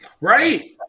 Right